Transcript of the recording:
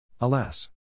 Alas